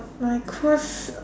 my ques~